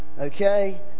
Okay